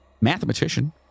mathematician